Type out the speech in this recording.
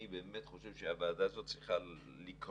אני באמת חושב שהוועדה הזאת, עפר,